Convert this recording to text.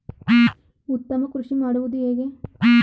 ಉತ್ತಮ ಕೃಷಿ ಮಾಡುವುದು ಹೇಗೆ?